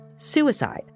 suicide